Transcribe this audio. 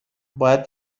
باید